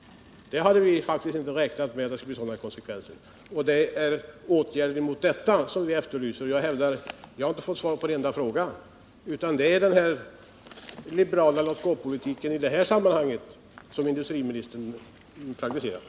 Några sådana konsekvenser har vi faktiskt inte räknat med, och det är åtgärder mot detta som vi efterlyser. Jag har inte fått svar på en enda fråga. Det är den liberala låtgåpolitiken i detta sammanhang som industriministern praktiserar.